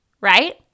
Right